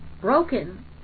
broken